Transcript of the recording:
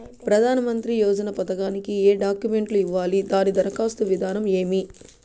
ప్రధానమంత్రి యోజన పథకానికి ఏ డాక్యుమెంట్లు ఇవ్వాలి దాని దరఖాస్తు విధానం ఏమి